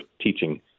teaching